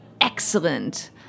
excellent